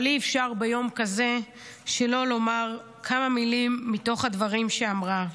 אבל ביום כזה אי-אפשר שלא לומר כמה מילים מתוך הדברים שאמרה: